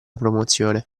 promozione